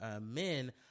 men